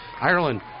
Ireland